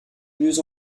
mieux